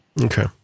Okay